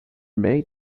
many